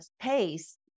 pace